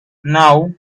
now